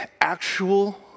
actual